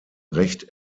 recht